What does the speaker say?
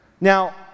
Now